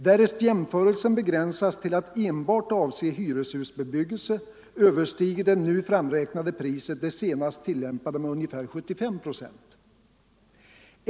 Därest jämförelsen begränsas till att enbart avse hyreshusbebyggelse överstiger det nu framräknade priset det senast tillämpade med ungefär 75 procent.